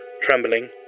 trembling